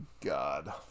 God